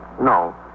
No